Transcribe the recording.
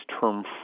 term